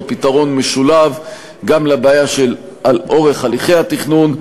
פתרון משולב גם לבעיה של אורך הליכי התכנון,